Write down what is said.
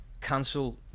cancel